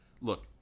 look